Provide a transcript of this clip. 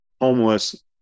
homeless